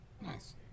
Nice